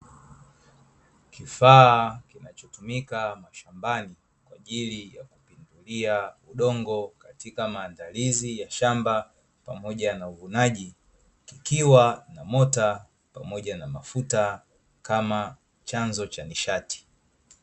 Kifaa kinachotumika mashambani kwa ajili ya kupindulia udongo katika maandalizi ya shamba pamoja na uvunaji kikiwa na mota pamoja na mafuta kama chanzo cha nishati.